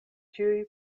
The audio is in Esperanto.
ĉiuj